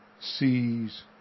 sees